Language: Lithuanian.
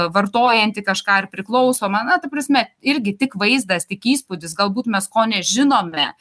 vartojanti kažką ar priklausoma na ta prasme irgi tik vaizdas tik įspūdis galbūt mes ko nežinome